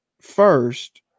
first